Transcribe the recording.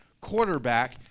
quarterback